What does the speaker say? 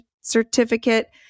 certificate